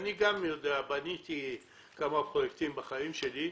בניתי כמה פרויקטים בחיים שלי,